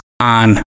on